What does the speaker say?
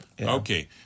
Okay